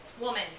woman